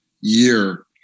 year